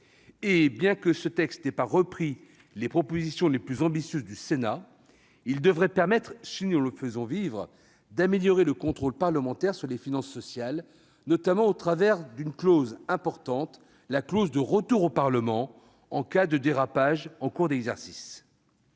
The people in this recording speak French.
Bien que ce texte n'ait pas repris les propositions les plus ambitieuses du Sénat, il devrait permettre, si nous le faisons vivre, d'améliorer le contrôle parlementaire sur les finances sociales, notamment grâce à une disposition importante : la clause de retour au Parlement en cas de dérapage en cours d'exercice.